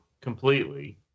completely